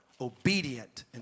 obedient